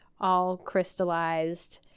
all-crystallized